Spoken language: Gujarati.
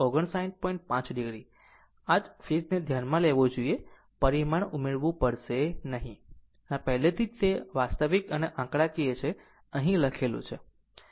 5 o આ જ ફેઝ ધ્યાનમાં લેવો જોઈએ પરિમાણ ઉમેરવું પડશે નહીં આ એક અને આ પહેલેથી જ તે વાસ્તવિક અને આંકડાકીય છે અહીં લખેલું છે